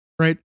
right